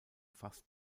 fast